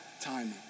timing